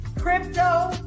crypto